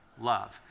love